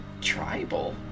tribal